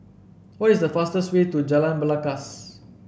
what is the fastest way to Jalan Belangkas